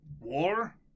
war